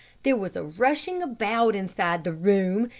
there was a rushing about inside the room,